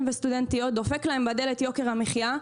וסטודנטיות דופק להם בדלת יוקר המחייה.